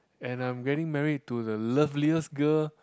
and I'm getting married to the loveliest girl